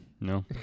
No